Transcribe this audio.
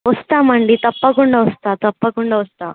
వస్తాం అండి తప్పకుండా వస్తాను తప్పకుండా వస్తాను